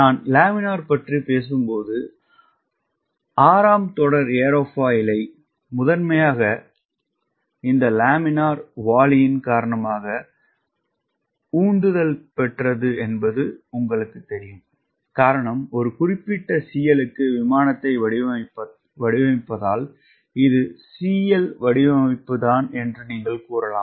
நான் லேமினார் பற்றி பேசும்போது 6 தொடர் ஏரோஃபைல் முதன்மையாக இந்த லேமினார் வாளியின் காரணமாக உந்துதல் பெற்றது என்பது உங்களுக்குத் தெரியும் காரணம் ஒரு குறிப்பிட்ட CL க்கு விமானத்தை வடிவமைத்தால் இது CL வடிவமைப்புதான் என்று நீங்கள் கூறலாம்